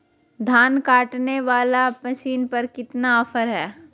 धान काटने वाला मसीन पर कितना ऑफर हाय?